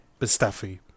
Mustafi